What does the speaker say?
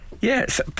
Yes